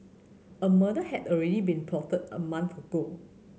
a murder had already been plotted a month ago